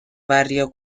barrio